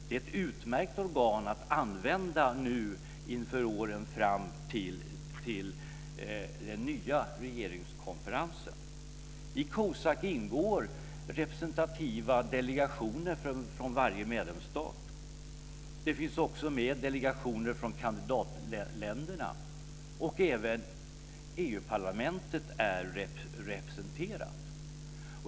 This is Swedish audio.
Det är ett utmärkt organ att använda under åren inför den nya regeringskonferensen. I COSAC ingår representativa delegationer från varje medlemsstat. Det finns också med delegationer från kandidatländerna, och även EU-parlamentet är representerat.